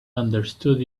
understood